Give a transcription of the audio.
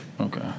Okay